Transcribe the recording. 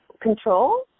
control